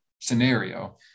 scenario